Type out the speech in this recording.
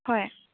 হয়